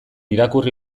irakurri